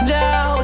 now